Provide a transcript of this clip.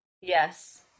yes